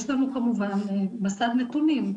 יש לנו כמובן מסד נתונים,